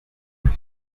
kure